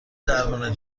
درمان